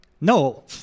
No